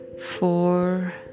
Four